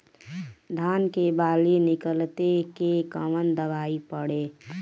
धान के बाली निकलते के कवन दवाई पढ़े?